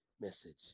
message